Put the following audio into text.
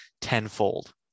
tenfold